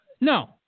No